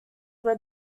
were